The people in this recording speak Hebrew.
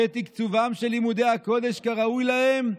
ותקצובם של לימודי הקודש כראוי להם,